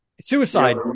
suicide